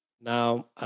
Now